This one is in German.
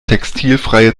textilfreie